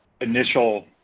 initial